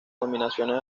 nominaciones